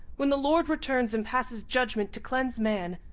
when the lord returns and passes judgment to cleanse man,